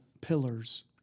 pillars